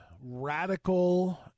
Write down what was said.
radical